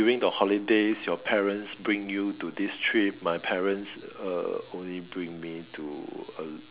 during the holidays your parents bring you to this trip my parents uh only bring me to uh